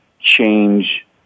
change